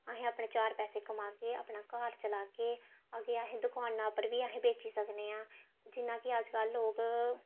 असें अपने चार पैसे कमागे अपना घार चलागे अग्गें असें दुकाना पर बी असें बेच्ची सकनेआं जि'यां कि अजकल्ल लोक